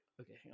Okay